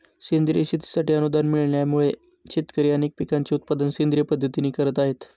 सेंद्रिय शेतीसाठी अनुदान मिळाल्यामुळे, शेतकरी अनेक पिकांचे उत्पादन सेंद्रिय पद्धतीने करत आहेत